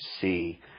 see